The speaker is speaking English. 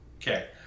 Okay